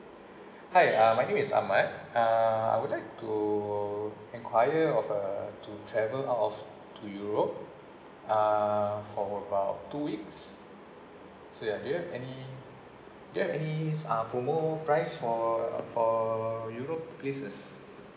hi uh my name is ahmad uh I would like to inquire of uh to travel out of to europe uh for about two weeks so ya do you have any do you have any uh promo price for for europe places